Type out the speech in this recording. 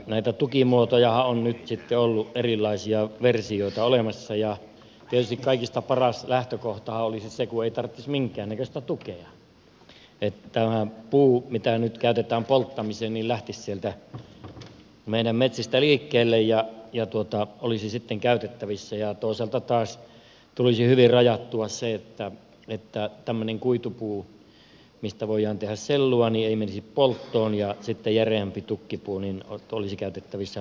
näitä tukimuotojahan on nyt sitten ollut erilaisia versioita olemassa ja tietysti kaikista paras lähtökohtahan olisi se kun ei tarvitsisi minkäännäköistä tukea ja tämä puu mitä nyt käytetään polttamiseen lähtisi sieltä meidän metsistämme liikkeelle ja olisi sitten käytettävissä ja toisaalta taas tulisi hyvin rajattua se että tämmöinen kuitupuu mistä voidaan tehdä sellua ei menisi polttoon ja sitten järeämpi tukkipuu olisi käytettävissä rakennuspuuna